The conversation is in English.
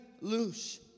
loose